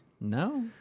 No